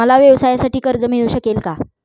मला व्यवसायासाठी कर्ज मिळू शकेल का?